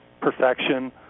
perfection